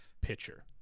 pitcher